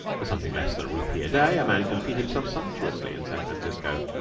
for something less than a rupee a day a man can feed himself sumptuously in san francisco,